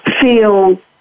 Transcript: feel